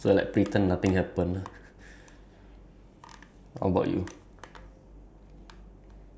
cannot pai~ ya like paiseh like that then uh cannot lah like I have to get out from there